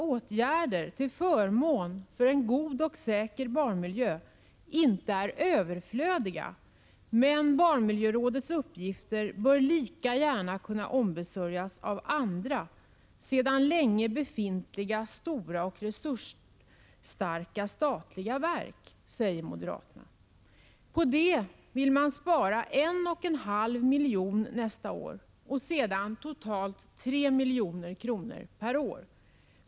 Åtgärder till förmån för en god och säker barnmiljö är inte överflödiga, men barnmiljörådets uppgifer bör lika gärna kunna ombesörjas av andra sedan länge befintliga stora och resursstarka statliga verk, säger moderaterna. På detta sätt vill man spara 1,5 miljoner nästa år, sedan totalt 3 milj.kr. per år.